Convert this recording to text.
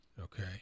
okay